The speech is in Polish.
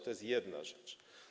To jest jedna rzecz.